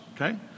okay